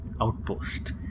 outpost